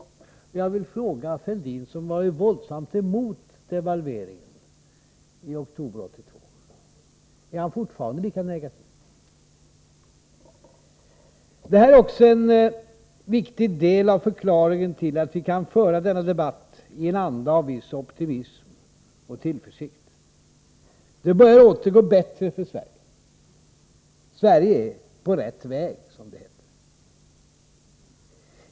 Jag vill fråga Thorbjörn Fälldin, som i oktober 1982 var våldsamt emot devalveringen: Är han fortfarande lika negativ? Detta är också en viktig del av förklaringen till att vi kan föra denna debatt i en anda av viss optimism och tillförsikt. Det börjar åter gå bättre för Sverige. Sverige är på rätt väg, som det heter.